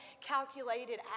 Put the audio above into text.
calculated